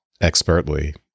expertly